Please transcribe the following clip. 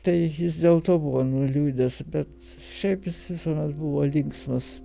tai jis dėl to buvo nuliūdęs bet šiaip jis visuomet buvo linksmas